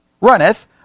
runneth